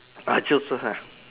啊就是啦:ah jiu shi lah